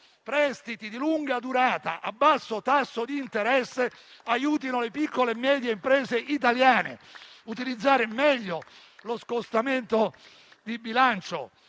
prestiti di lunga durata a basso tasso di interesse aiutino le piccole e medie imprese italiane e che si utilizzi meglio lo scostamento di bilancio.